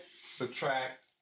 subtract